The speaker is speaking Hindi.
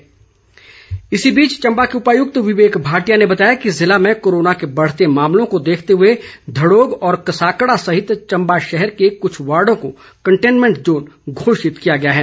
चम्बा डीसी इस बीच चम्बा के उपायुक्त विवेक भाटिया ने बताया कि जिले में कोरोना के बढ़ते मामलों को देखते हुए धड़ोग व कसाकड़ा सहित चम्बा शहर के कुछ वार्डो को कंटेनमेंट जोन घोषित किया गया है